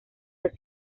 los